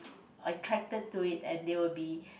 attracted to it and they will be